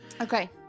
Okay